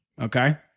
Okay